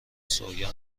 سویا